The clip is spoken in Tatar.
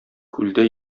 күлдә